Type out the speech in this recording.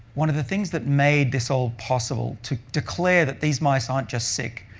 one of the things that made this all possible to declare that these mice aren't just sick,